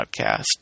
podcast